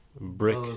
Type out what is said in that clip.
brick